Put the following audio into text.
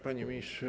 Panie Ministrze!